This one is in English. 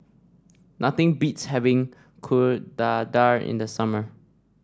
nothing beats having Kuih Dadar in the summer